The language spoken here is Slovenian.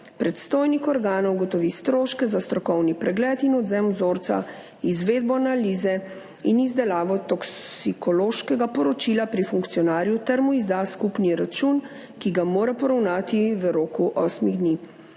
Predstojnik organa ugotovi stroške za strokovni pregled in odvzem vzorca, izvedbo analize in izdelavo toksikološkega poročila pri funkcionarju ter mu izda skupni račun, ki ga mora poravnati v roku osmih dni.